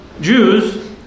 Jews